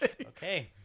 Okay